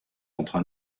entre